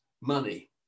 money